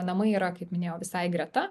namai yra kaip minėjau visai greta